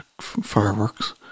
fireworks